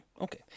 Okay